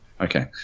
okay